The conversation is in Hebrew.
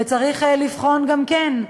וצריך לבחון גם כן,